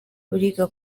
uriga